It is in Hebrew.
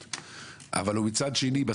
גם אם זה למטרת איכות הסביבה,